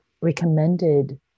recommended